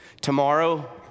tomorrow